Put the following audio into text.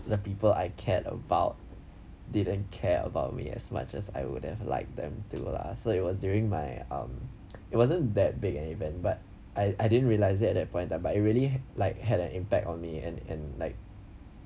the people I cared about didn't care about me as much as I would have like them to lah so it was during my um it wasn't that big an event but I I didn't realise it at that point but it really like had an impact on me and and like